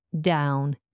down